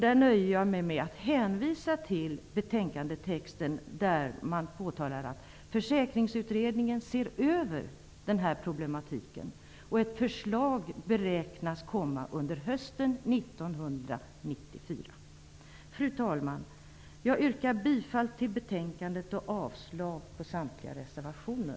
Jag nöjer mig med att hänvisa till betänkandetexten. Där sägs att Försäkringsutredningen ser över denna problematik, och ett förslag beräknas komma under hösten 1994. Fru talman! Jag yrkar bifall till utskottets hemställan och avslag på samtliga reservationer.